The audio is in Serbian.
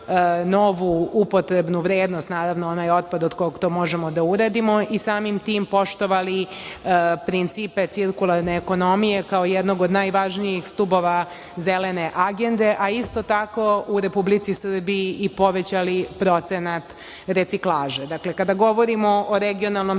novu upotrebnu vrednost. Naravno, onaj otpad od kog to možemo da uradimo i samim tim bi poštovali principe cirkularne ekonomije kao jednog od najvažnijih stubova zelene agende a isto tako u Republici Srbiji i povećali procenat reciklaže. Kada govorimo regionalnom